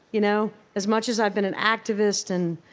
you know? as much as i've been an activist and